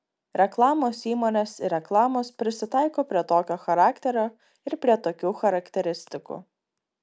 reklamos įmonės ir reklamos prisitaiko prie tokio charakterio ir prie tokių charakteristikų